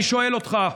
אני שואל אותך,